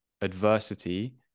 adversity